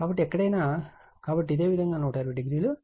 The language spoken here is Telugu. కాబట్టి ఎక్కడైనా కాబట్టి ఇదే విధంగా 120 o ఉంటుంది